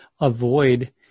avoid